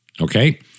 Okay